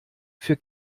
für